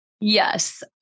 Yes